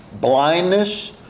blindness